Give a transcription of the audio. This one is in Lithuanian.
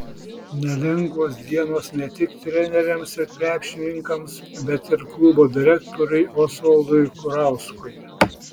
nelengvos dienos ne tik treneriams ir krepšininkams bet ir klubo direktoriui osvaldui kurauskui